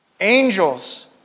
Angels